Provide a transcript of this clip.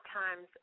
times